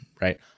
right